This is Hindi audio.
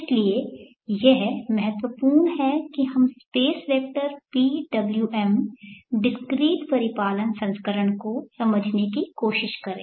इसलिए यह महत्वपूर्ण है कि हम स्पेस वेक्टर PWM डिस्क्रीट परिपालन संस्करण को समझने की कोशिश करें